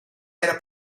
era